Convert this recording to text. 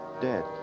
dead